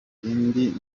indi